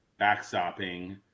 backstopping